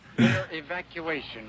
evacuation